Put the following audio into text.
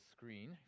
screen